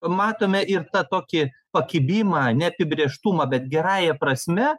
matome ir tą tokį pakibimą neapibrėžtumą bet gerąja prasme